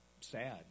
sad